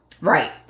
Right